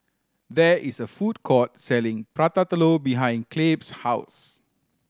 there is a food court selling Prata Telur behind Clabe's house